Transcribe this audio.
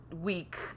week